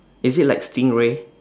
is it like stingray